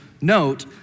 note